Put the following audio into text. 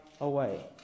away